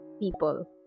people